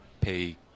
pay